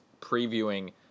previewing